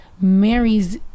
marries